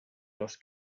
los